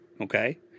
okay